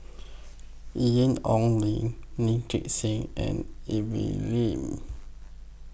Ian Ong Li Lee Gek Seng and Evelyn Lip